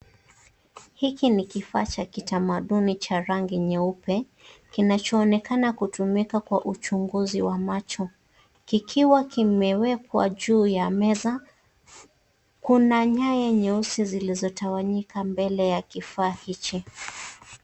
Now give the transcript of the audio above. HIki ni kifaa cha kitamaduni cha rangi nyeupe kinachoonekana kutumika kwa uchunguzi wa macho kikiwa kimewekwa juu ya meza. Kuna nyaya nyeusi zilizotawanyika mbele ya kifaa hiki.